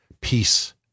Peace